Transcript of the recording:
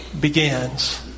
begins